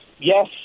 yes